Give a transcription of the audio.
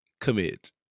commit